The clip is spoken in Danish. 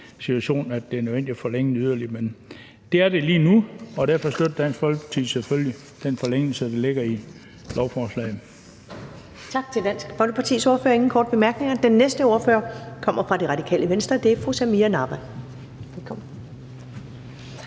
situation, hvor det er nødvendigt at forlænge det yderligere. Men det er det lige nu, og derfor støtter Dansk Folkeparti selvfølgelig den forlængelse, der ligger i lovforslaget. Kl. 15:21 Første næstformand (Karen Ellemann): Tak til Dansk Folkepartis ordfører. Der er ingen korte bemærkninger. Den næste ordfører kommer fra Radikale Venstre. Det er fru Samira Nawa.